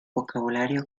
vocabulario